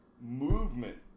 movement